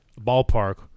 ballpark